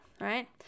right